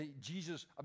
Jesus